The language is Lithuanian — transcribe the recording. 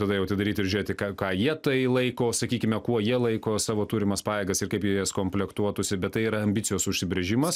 tada jau atidaryt ir žiūrėti ką ką jie tai laiko sakykime kuo jie laiko savo turimas pajėgas ir kaip jie jas komplektuotųsi bet tai yra ambicijos užsibrėžimas